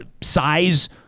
Size